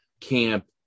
camp